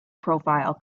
profile